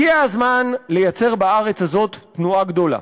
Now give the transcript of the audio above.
הגיע הזמן לייצר בארץ הזאת תנועה גדולה,